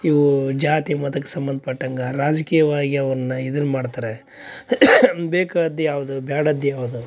ಇವೂ ಜಾತಿ ಮತಕ್ಕೆ ಸಂಬಂಧ ಪಟ್ಟಂಗ ರಾಜಕೀಯವಾಗಿ ಅವುನ್ನ ಇದನ್ನ ಮಾಡ್ತರೆ ಬೇಕಾದ ಯಾವ್ದ ಬ್ಯಾಡದ್ದು ಯಾವ್ದ